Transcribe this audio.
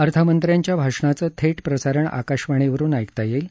अर्थमंत्र्यांच्या भाषणाचं थेट प्रसारण आकाशवाणीवरुन ऐकता येईल